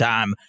Time